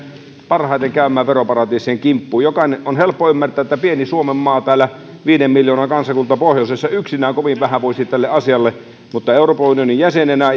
parhaiten käymään veroparatiisien kimppuun jokaisen on helppo ymmärtää että pieni suomenmaa viiden miljoonan kansakunta täällä pohjoisessa yksinään kovin vähän voisi tälle asialle mutta euroopan unionin jäsenenä